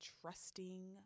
trusting